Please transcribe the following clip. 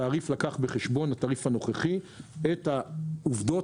התעריף הנוכחי לקח בחשבון את העובדות,